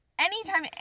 anytime